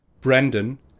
Brendan